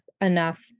enough